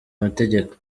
amategeko